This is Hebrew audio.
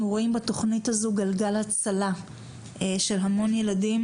אנחנו רואים בתוכנית הזו גלגל הצלה של המון ילדים,